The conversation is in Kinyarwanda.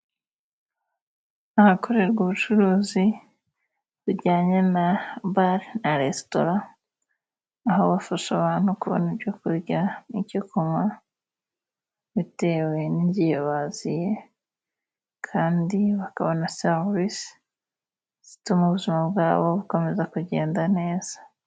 Ahakorerwa ubucuruzi bujyanye na bare na resitora, aho bafasha abantu kubona ibyo kurya nicyo kunywa bitewe n'igihe baziye, kandi bakabona serivisi zituma ubuzima bwabo bukomeza kugenda neza.